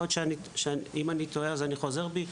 יכול להיות שאני טועה ואם כן אני חוזר בי,